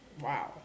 Wow